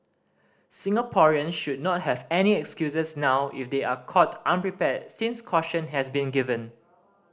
Singaporean should not have any excuses now if they are caught unprepared since caution has been given